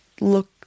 look